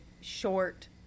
short